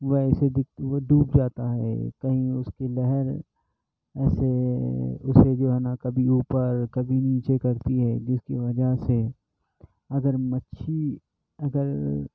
وہ ایسے دکھ وہ ڈوب جاتا ہے کہیں اس کی لہر ایسے اسے جو ہے نا کبھی اوپر کبھی نیچے کرتی ہے جس کی وجہ سے اگر مچھی اگر